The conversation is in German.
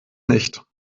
nicht